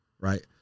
right